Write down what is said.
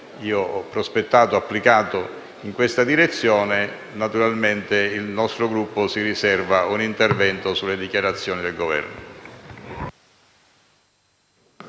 ho prospettato, applicato in questa direzione, naturalmente il nostro Gruppo si riserva un intervento sulle dichiarazioni del Governo.